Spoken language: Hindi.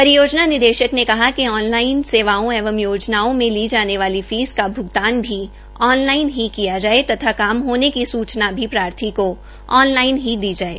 परियोजना निदेशक ने कहा कि ऑन लाइन सेवाओं एवं योजनाओं में ली जाने वालीफीस का भ्गतान भी ऑन लाइन किया जाये तथा काम होने की सूचना भी प्रार्थी को ऑन लाइन ही दी जाये